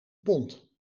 pond